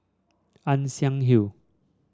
Ann Siang Hill